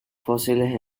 fósiles